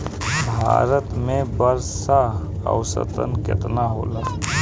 भारत में वर्षा औसतन केतना होला?